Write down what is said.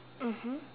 mmhmm